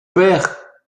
père